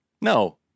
No